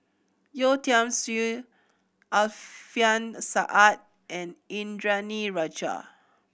Yeo Tiam Siew Alfian Sa'at and Indranee Rajah